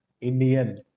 Indian